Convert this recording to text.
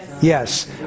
Yes